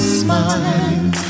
smile